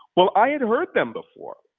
well, i had heard them before,